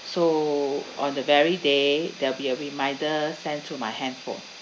so on the very day there'll be a reminder sent to my handphone